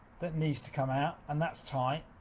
that needs to come out. and that's tight,